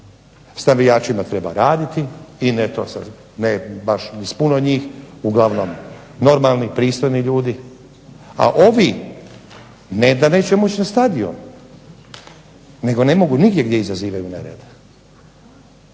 s navijačima treba raditi, i ne baš s puno njih, uglavnom normalni, pristojni ljudi, a ovi ne da neće moći na stadion, nego ne mogu nigdje gdje izazivaju nerede.